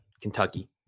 Kentucky